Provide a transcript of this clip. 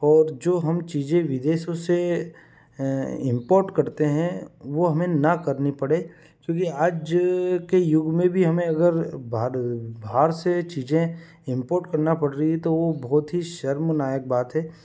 और जो हम चीजें विदेशों से इम्पोर्ट करते हैं वो हमें न करनी पड़े क्योंकि आज के युग में भी हमें अगर बाहर बाहर से चीजें इम्पोर्ट करना पड़ रही है तो वो बहुत ही शर्मनाक बात है